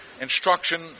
Instruction